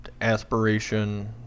aspiration